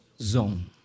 zone